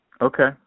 Okay